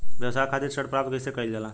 व्यवसाय खातिर ऋण प्राप्त कइसे कइल जाला?